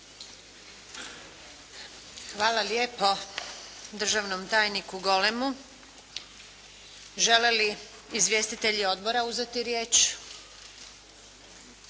Hvala lijepo državnog tajniku Golemu. Žele li izvjestitelji odbora uzeti riječ?